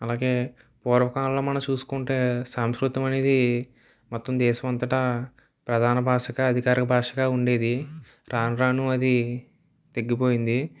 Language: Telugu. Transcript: అలాగే పూర్వకాలంలో మనం చూసుకుంటే సంస్కృతం అనేది మొత్తం దేశం అంతటా ప్రధాన భాషగా అధికారిక భాషగా ఉండేది రాను రాను అది తగ్గిపోయింది